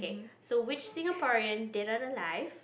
so which Singaporean dead or alive